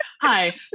Hi